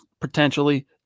potentially